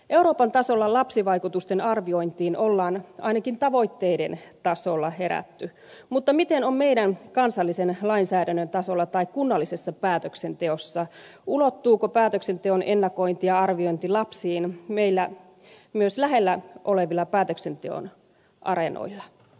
euroopan tasolla lapsivaikutusten arviointiin on ainakin tavoitteiden tasolla herätty mutta miten on meidän kansallisen lainsäädäntömme tasolla tai kunnallisessa päätöksenteossa ulottuuko päätöksenteon ennakointi ja arviointi lapsiin meillä myös lähellä olevilla päätöksenteon areenoilla